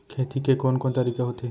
खेती के कोन कोन तरीका होथे?